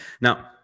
Now